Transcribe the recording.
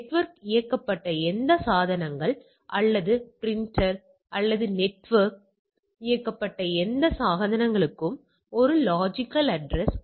எனவே குறைபாடு குறைபாடு இல்லாதது குறைபாடு குறைபாடு இல்லாதது உபகரணம் 1 உபகரணம் 2 உபகரணம் 3